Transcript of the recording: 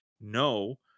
No